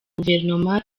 guverinoma